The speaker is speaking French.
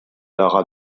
haras